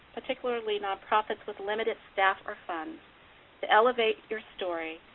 particularly nonprofits with limited staff or funds to elevate your story,